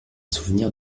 souvenir